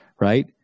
right